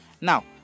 Now